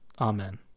Amen